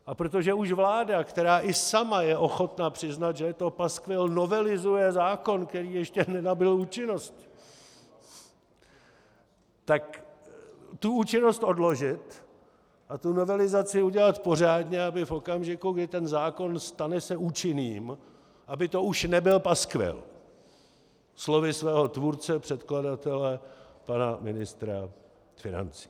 A protože už vláda, která i sama je ochotna přiznat, že je to paskvil, novelizuje zákon, který ještě nenabyl účinnost, tak tu účinnost odložit a novelizaci udělat pořádně, aby to v okamžiku, kdy se zákon stane účinným, už nebyl paskvil, slovy svého tvůrce předkladatele pana ministra financí.